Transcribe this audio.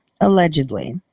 allegedly